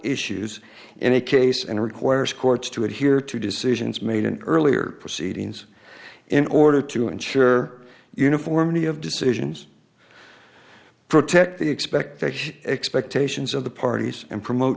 issues in a case and requires courts to adhere to decisions made an earlier proceedings in order to ensure uniformity of decisions protect the expectation expectations of the parties and promote